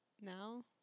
now